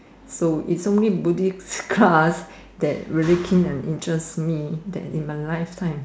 so it's only Buddhist class that really keep and interest me that in my lifetime